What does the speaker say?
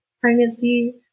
pregnancy